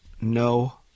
no